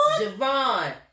Javon